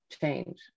change